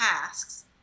tasks